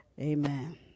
Amen